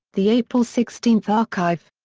the april sixteen archive.